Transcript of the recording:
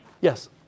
yes